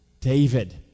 David